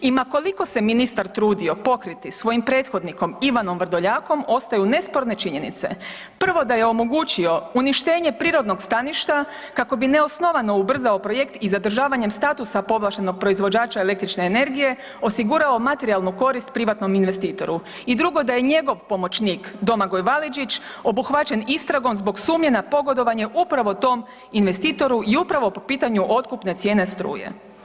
I ma koliko se ministar trudio pokriti svojim prethodnikom Ivanom Vrdoljakom ostaju nesporne činjenice, prvo da je omogućio uništenje prirodnog staništa kako bi neosnovano ubrzao projekt i zadržavanjem statusa povlaštenog proizvođača električne energije, osigurao materijalnu korist privatnom investitoru i drugo, da je njegov pomoćnik Domagoj Validžić obuhvaćen istragom zbog sumnje na pogodovanje upravo tom investitoru i upravo po pitanju otkupne cijene struje.